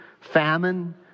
famine